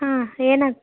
ಹಾಂ ಏನಾಗ